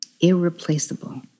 irreplaceable